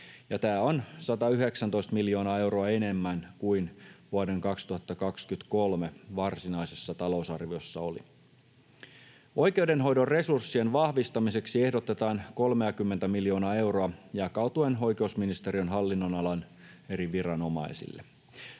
tämä on 119 miljoonaa euroa enemmän kuin vuoden 2023 varsinaisessa talousarviossa oli. Oikeudenhoidon resurssien vahvistamiseksi ehdotetaan 30:tä miljoonaa euroa jakautuen oikeusministeriön hallinnonalan eri viranomaisille.